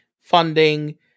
funding